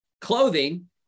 clothing